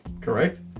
Correct